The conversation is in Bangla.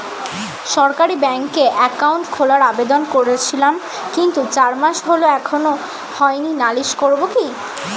সরকারি ব্যাংকে একাউন্ট খোলার আবেদন করেছিলাম কিন্তু চার মাস হল এখনো হয়নি নালিশ করব কি?